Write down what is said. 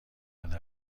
اینجا